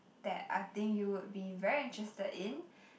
that I think you would be very interested in